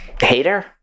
Hater